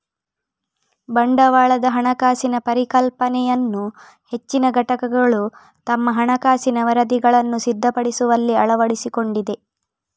ಬಂಡವಾಳದ ಹಣಕಾಸಿನ ಪರಿಕಲ್ಪನೆಯನ್ನು ಹೆಚ್ಚಿನ ಘಟಕಗಳು ತಮ್ಮ ಹಣಕಾಸಿನ ವರದಿಗಳನ್ನು ಸಿದ್ಧಪಡಿಸುವಲ್ಲಿ ಅಳವಡಿಸಿಕೊಂಡಿವೆ